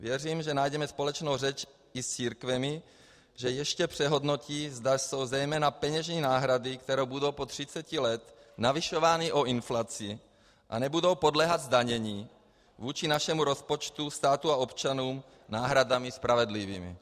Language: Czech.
Věřím, že najdeme společnou řeč i s církvemi, že ještě přehodnotí, zda jsou peněžní náhrady, které budou po třicet let navyšovány o inflaci a nebudou podléhat zdanění, vůči našemu rozpočtu, státu a občanům náhradami spravedlivými.